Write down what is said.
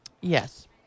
Yes